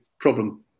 problem